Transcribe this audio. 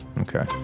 Okay